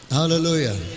Hallelujah